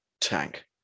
tank